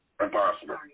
Impossible